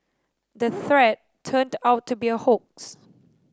the threat turned out to be a hoax